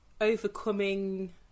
overcoming